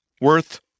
worth